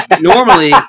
normally